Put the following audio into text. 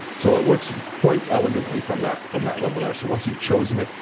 so it works quite elegantly from that from that level there. so once you've chosen it,